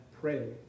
pray